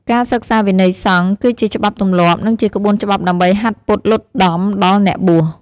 ការសិក្សាវិន័យសង្ឃ គឺជាច្បាប់ទម្លាប់ និងជាក្បួនច្បាប់ដើម្បីហាត់ពត់លត់ដំដល់អ្នកបួស។